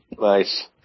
Nice